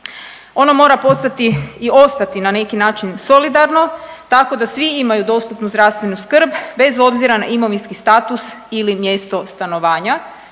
Ono mora postati i ostati na neki način solidarno tako da svi imaju dostupnu zdravstvenu skrb bez obzira na imovinski status ili mjesto stanovanja